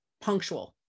Punctual